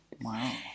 wow